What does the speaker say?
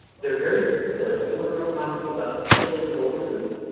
they're very good. some of them are promising about killing organisms.